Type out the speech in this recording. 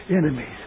enemies